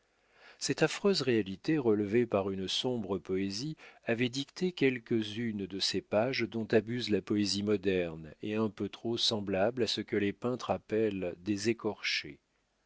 cette affreuse réalité relevée par une sombre poésie avait dicté quelques-unes de ces pages dont abuse la poésie moderne et un peu trop semblables à ce que les peintres appellent des écorchés